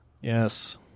Yes